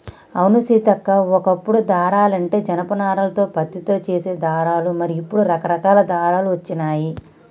అవును సీతక్క ఓ కప్పుడు దారాలంటే జనప నారాలతో పత్తితో చేసే దారాలు మరి ఇప్పుడు రకరకాల దారాలు వచ్చినాయి